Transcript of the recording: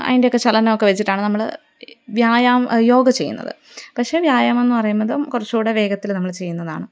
അതിൻ്റെയൊക്കെ ചലനമൊക്കെ വച്ചിട്ടാണു നമ്മള് വ്യായാമം യോഗ ചെയ്യുന്നത് പക്ഷേ വ്യായാമമെന്നു പറയുന്നതും കുറച്ചുകൂടെ വേഗത്തില് നമ്മള് ചെയ്യുന്നതാണ്